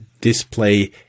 display